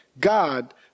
God